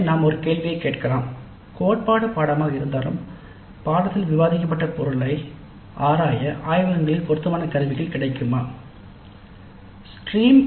எனவே நாம் ஒரு கேள்வியைக் கேட்கலாம் கோட்பாடு பாடநெறி ஆக இருந்தாலும் " பாடநெறியில் விவாதிக்கப்பட்ட பொருள்களை ஆராய ஆய்வகங்களில் பொருத்தமான கருவிகள் கிடைக்குமா"